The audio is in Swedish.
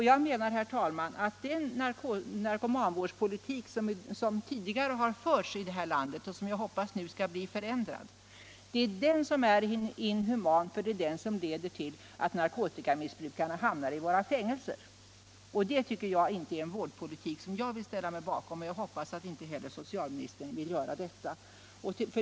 Jag menar att det är den narkomanvårdspolitik som tidigare har förts här i landet och som jag hoppas nu kommer att ändras som är inhuman, eftersom den leder till att narkotikamissbrukarna hamnar i våra fängelser. Det är inte en vårdpolitik som jag vill ställa mig bakom, och jag hoppas att inte heller socialministern vill göra det.